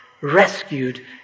rescued